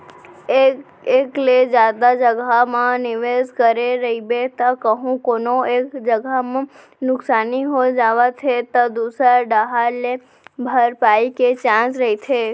एक ले जादा जघा म निवेस करे रहिबे त कहूँ कोनो एक जगा म नुकसानी हो जावत हे त दूसर डाहर ले भरपाई के चांस रहिथे